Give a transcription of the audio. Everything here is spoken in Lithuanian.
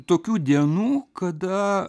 tokių dienų kada